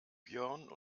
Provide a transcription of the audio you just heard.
björn